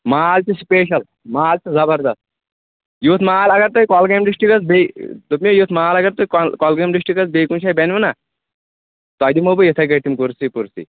مال چھ سپیشَل مال چھ زبردست یُتھ مال اگر تۄہہِ کۄلگامۍ ڈِسٹرکس بیٚیہِ دوٚپمے یُتھ مال اگر تۄہہِ کۄلگٲمۍ ڈِسٹرکَس بیٚیہِ کُنہٕ جایہِ بنِوُ نا تۄہہِ دِمَن بہٕ یِتھے کٲٹھۍ یِم کُرسی پُرسی